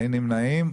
אין נמנעים.